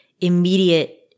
immediate